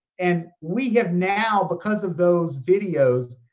and we have now, because of those videos,